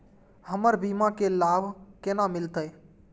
हमर बीमा के लाभ केना मिलते?